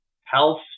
Health